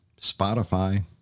Spotify